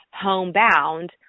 homebound